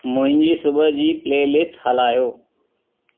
मुंहिंजी सुबुह जी प्लेलिस्ट हलायो